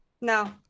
No